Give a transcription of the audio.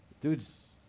dude's